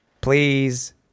please